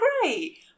great